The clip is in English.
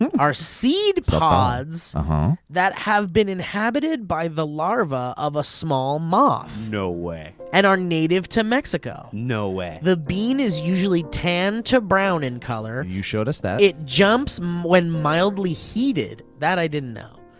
are seed pods that have been inhabited by the larva of a small moth no way. and are native to mexico no way. the bean is usually tan to brown in color. you showed us that. it jumps when mildly heated. that i didn't know.